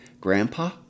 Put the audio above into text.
Grandpa